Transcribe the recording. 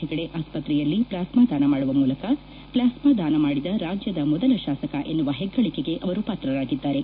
ಹೆಗ್ಡೆ ಆಸ್ಪತ್ರೆಯಲ್ಲಿ ಪ್ಲಾಸ್ತಾ ದಾನ ಮಾಡುವ ಮೂಲಕ ಪ್ಲಾಸ್ತಾ ದಾನ ಮಾಡಿದ ರಾಜ್ಯದ ಮೊದಲ ಶಾಸಕ ಎನ್ನುವ ಹೆಗ್ಗಳಿಕೆಗೆ ಅವರು ಪಾತ್ರರಾಗಿದ್ದಾರೆ